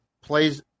plays